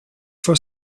for